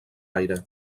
aire